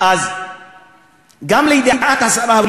אז גם לידיעת השרה,